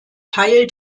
teil